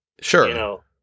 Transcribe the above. Sure